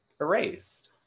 erased